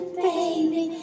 baby